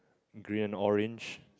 green and orange